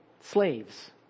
slaves